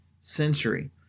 century